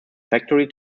factory